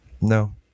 no